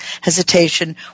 hesitation